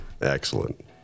excellent